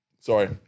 sorry –